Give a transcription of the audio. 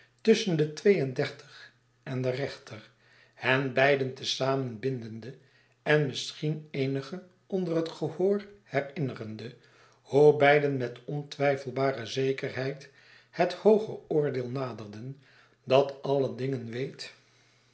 tusschen de twee en dertig en den rechter hen beiden te zamen bindende en misschien eenigen onder het gehoor herinjierende hoe beiden met ontwyfelbare zekerheid het hoogereoordeel naderden dat alle dingen weet